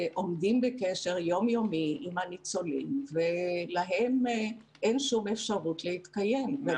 שעומדים בקשר יום-יומי עם הניצולים ולהם אין שום אפשרות להתקיים.